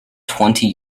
twenty